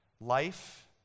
Life